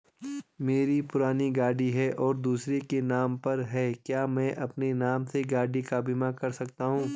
मेरी पुरानी गाड़ी है और दूसरे के नाम पर है क्या मैं अपने नाम से गाड़ी का बीमा कर सकता हूँ?